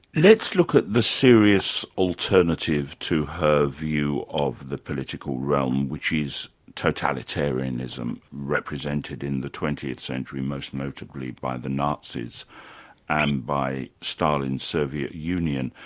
let's look at the serious alternative to her view of the political realm which is totalitarianism, represented in the twentieth century most notably by the nazis and by stalin's soviet union.